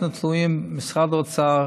אנחנו תלויים במשרד האוצר